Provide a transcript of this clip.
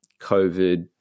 COVID